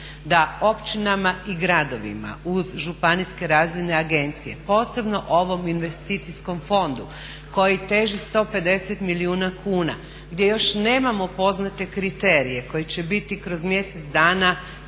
da općinama i gradovima uz županijske razvojne agencije posebno ovom Investicijskom fondu koji teži 150 milijuna kuna gdje još nemamo poznate kriterije koji će biti kroz mjesec dana.